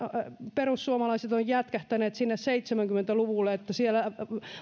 perussuomalaiset ovat jätkähtäneet sinne seitsemänkymmentä luvulle siellä